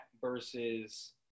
versus